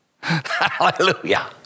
Hallelujah